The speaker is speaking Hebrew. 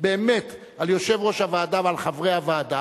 באמת על יושב-ראש הוועדה ועל חברי הוועדה.